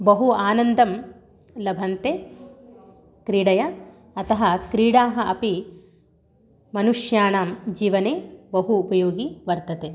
बहु आनन्दं लभन्ते क्रीडया अतः क्रीडाः अपि मनुष्याणां जीवने बहु उपयोगी वर्तते